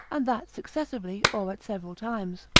and that successively or at several times.